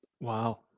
Wow